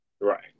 Right